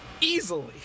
easily